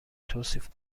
توصیف